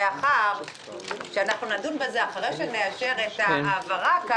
לצערי לא נתנו לאנשי המקצוע פה במשרד להיכנס.